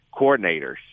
coordinators